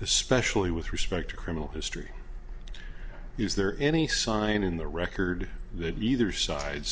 especially with respect to criminal history is there any sign in the record that either side